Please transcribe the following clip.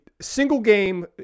single-game